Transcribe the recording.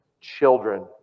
children